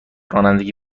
رانندگی